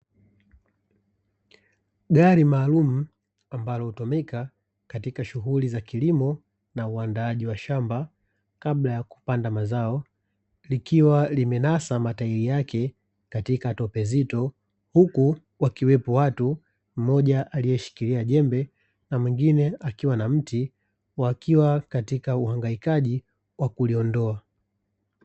Gari maalum ambalo hutumika katika shughuli za kilimo na uwandaaji wa shamba kabla ya kupanda mazao, likiwa limenasa matairi yake katika tope zito huku wakiwepo watu mmoja aliyeshikilia jembe na mwingine akiwa na mti wakiwa katika uhangaikaji wa kuliondoa.